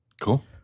cool